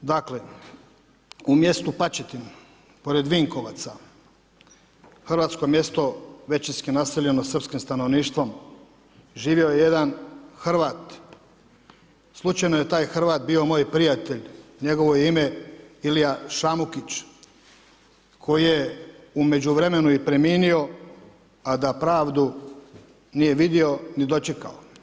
Dakle, u mjestu Pačetin pored Vinkovaca, hrvatsko mjesto većinsko naseljeno srpskim stanovništvom, živjeo je jedan Hrvat, slučajno je taj Hrvat bio moj prijatelj, njegovo je ime Ilija Šamukić, koji je u međuvremenu i preminio, a da pravdu nije vidio ni dočekao.